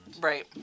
Right